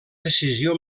decisió